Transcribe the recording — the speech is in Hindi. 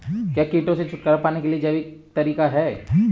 क्या कीटों से छुटकारा पाने का कोई जैविक तरीका है?